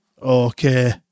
Okay